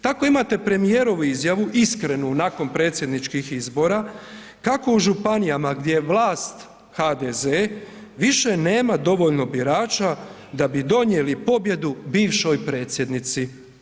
Tako imate premijerovu izjavu iskrenu nakon predsjedničkih izbora kako u županijama gdje je vlast HDZ više nema dovoljno birača da bi donijeli pobjedu bivšoj predsjednici.